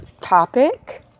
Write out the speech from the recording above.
topic